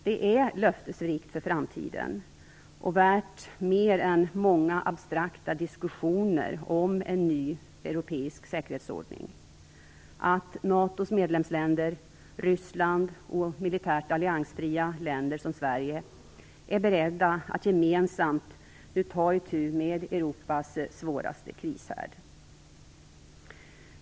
Det är löftesrikt för framtiden, och det är värt mer än många abstrakta diskussioner om en ny europeisk säkerhetsordning, att NATO:s medlemsländer, Ryssland och militärt alliansfria länder som Sverige nu är beredda att gemensamt ta itu med Europas svåraste krishärd.